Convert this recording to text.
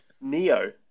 Neo